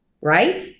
right